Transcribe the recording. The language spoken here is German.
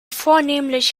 vornehmlich